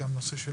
גם אנגלית,